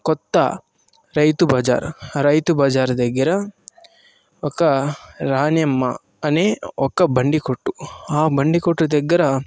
కొత్త రైతు బజార్ ఆ రైతు బజార్ దగ్గర ఒక రాణెమ్మ అనే ఒక బండి కొట్టు ఆ బండి కొట్టు దగ్గర